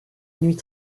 nuit